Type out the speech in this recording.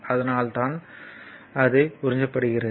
அதனால் தான் அது உறிஞ்சப்படுகிறது